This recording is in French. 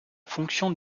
fonction